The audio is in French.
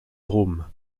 drôme